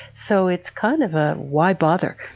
so it's kind of a why bother?